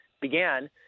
began